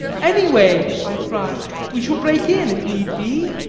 any way! i cried. we shall break in if need be.